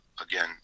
Again